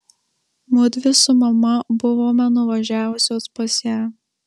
mudvi su mama buvome nuvažiavusios pas ją